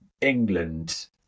England